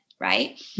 right